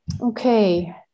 Okay